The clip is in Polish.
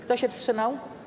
Kto się wstrzymał?